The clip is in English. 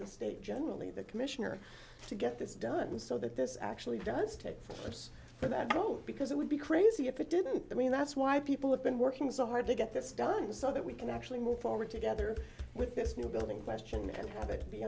the state generally the commissioner to get this done so that this actually does take photographs for that vote because it would be crazy if it didn't mean that's why people have been working so hard to get this done so that we can actually move forward together with this new building question and have it be